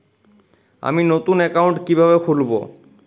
আমি নতুন অ্যাকাউন্ট কিভাবে খুলব?